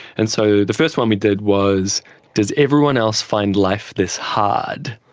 and so the first one we did was does everyone else find life this hard?